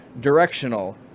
directional